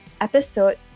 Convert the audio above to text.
episode